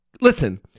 Listen